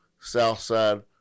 Southside